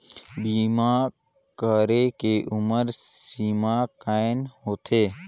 बीमा करे के उम्र सीमा कौन होथे?